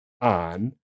on